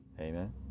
amen